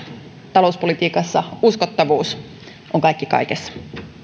talouspolitiikassa uskottavuus on kaikki kaikessa